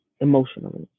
emotionally